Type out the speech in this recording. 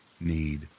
need